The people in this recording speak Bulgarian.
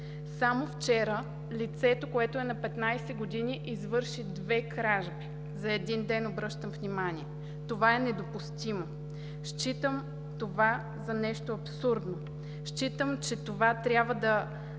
Само вчера лицето, което е на 15 години, извърши две кражби за един ден, обръщам внимание! Това е недопустимо! Считам това за нещо абсурдно. Считам, че това говори за